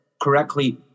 correctly